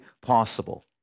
possible